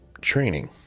training